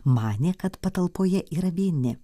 manė kad patalpoje yra vieni